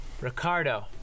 Ricardo